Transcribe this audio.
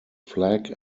flag